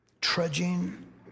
trudging